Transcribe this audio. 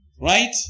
Right